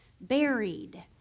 buried